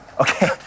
okay